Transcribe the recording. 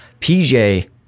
PJ